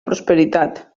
prosperitat